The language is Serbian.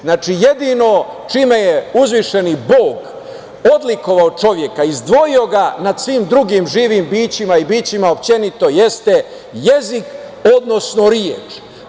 Znači, jedino čime je uzvišeni Bog odlikovao čoveka, izdvojio ga nad svim drugim živim bićima i bićima uopšte, jeste jezik, odnosno reč.